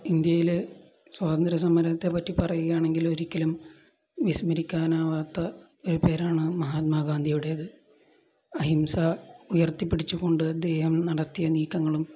ഇന്ത്യയിലെ സ്വാതന്ത്ര്യ സമരത്തെപ്പറ്റി പറയുകയാണെങ്കില് ഒരിക്കലും വിസ്മരിക്കാനാവാത്ത ഒരു പേരാണ് മഹാത്മാ ഗാന്ധിയുടേത് അഹിംസ ഉയർത്തിപ്പടിച്ചുകൊണ്ട് അദ്ദേഹം നടത്തിയ നീക്കങ്ങളും